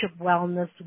wellness